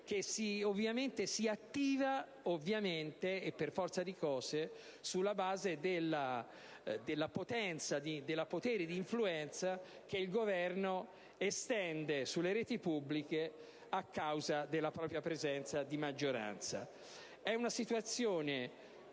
che si attiva ovviamente e per forza di cose sulla base del potere di influenza che il Governo estende sulle reti pubbliche a causa della propria presenza di maggioranza. È una situazione